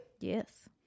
yes